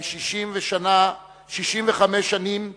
גם 65 שנים אחרי,